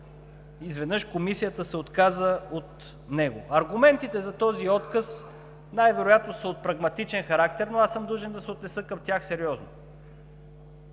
изведнъж Комисията се отказа от него. Аргументите за този отказ най-вероятно са от прагматичен характер, но аз съм длъжен да се отнеса към тях сериозно.